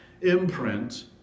imprint